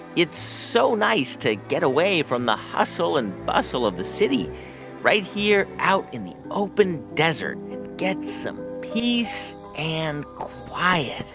it's so nice to get away from the hustle and bustle of the city right here out in the open desert and get some peace and quiet